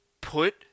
put